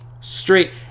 straight